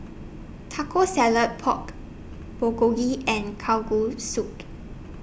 Taco Salad Pork Bulgogi and